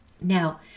Now